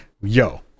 Yo